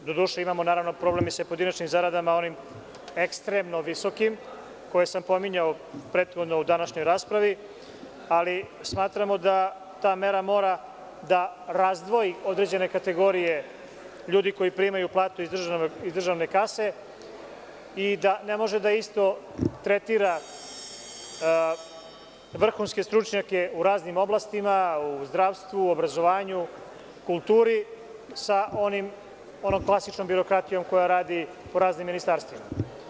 Doduše imamo, naravno, problem i sa pojedinačnim zaradama, onim ekstremno visokim, koje sam pominjao prethodno u današnjoj raspravi, ali smatramo da ta mera mora da razdvoji određene kategorije ljudi koji primaju platu iz državne kase i ne može isto da tretira vrhunske stručnjake u raznim oblastima, u zdravstvu, u obrazovanju, kulturi, sa onom klasičnom birokratijom koja radi po raznim ministarstvima.